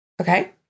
Okay